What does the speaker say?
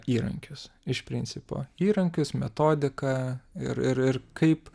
įrankius iš principo įrankius metodika ir ir ir kaip